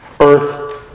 Earth